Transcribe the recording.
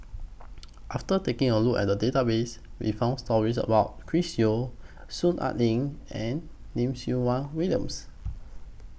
after taking A Look At The Database We found stories about Chris Yeo Soon Ai Ling and Lim Siew Wai Williams